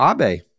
Abe